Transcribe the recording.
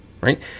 right